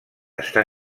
està